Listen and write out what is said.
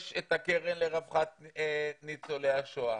יש את הקרן לרווחת ניצולי השואה,